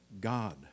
God